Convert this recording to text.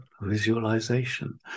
visualization